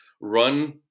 run